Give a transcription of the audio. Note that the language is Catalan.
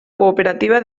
cooperativa